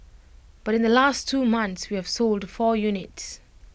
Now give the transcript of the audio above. but in the last two months we have sold the four units